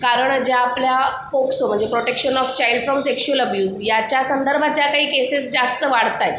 कारण ज्या आपल्या पोक्सो म्हणजे protection of child from sexual abuse याच्या संदर्भात ज्या काही केसेस जास्त वाढत आहेत